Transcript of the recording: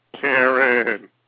Karen